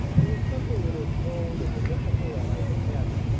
there was something in her tone and the look of her eye that added,